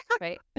Right